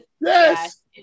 Yes